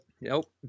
Nope